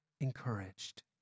encouraged